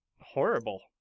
horrible